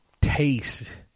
taste